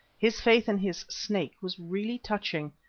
his faith in his snake was really touching.